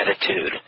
attitude